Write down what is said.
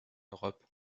europe